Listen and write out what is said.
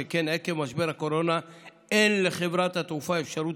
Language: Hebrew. שכן עקב משבר הקורונה אין לחברת התעופה אפשרות